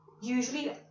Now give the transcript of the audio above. usually